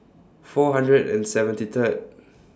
four hundred and seventy Third